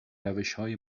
روشهای